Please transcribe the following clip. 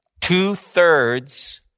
Two-thirds